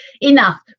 enough